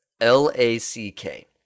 L-A-C-K